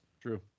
true